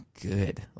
good